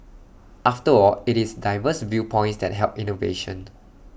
after all IT is diverse viewpoints that help innovation